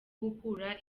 gukura